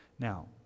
Now